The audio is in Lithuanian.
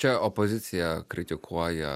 čia opozicija kritikuoja